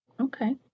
Okay